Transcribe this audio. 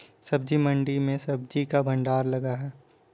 सब्जी मंडी में सब्जी का भंडार लगा है